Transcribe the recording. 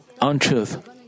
untruth